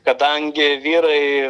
kadangi vyrai